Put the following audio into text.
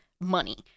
money